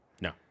No